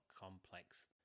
complex